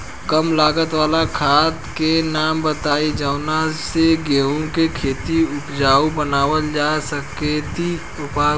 कम लागत वाला खाद के नाम बताई जवना से गेहूं के खेती उपजाऊ बनावल जा सके ती उपजा?